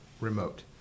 remote